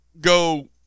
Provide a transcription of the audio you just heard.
go